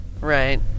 Right